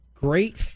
Great